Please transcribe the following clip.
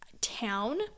town